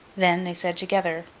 then, they said together,